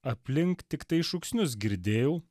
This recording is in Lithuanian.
aplink tiktai šūksnius girdėjau